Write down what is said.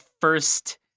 first